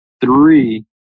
three